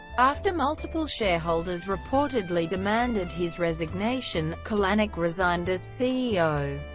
after multiple shareholders reportedly demanded his resignation, kalanick resigned as ceo.